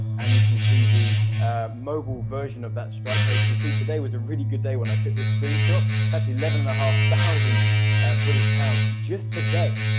and you can see the mobile version of that stripe page you can see today was a really good day when i took this screenshot that's eleven and a half thousand british pounds just today.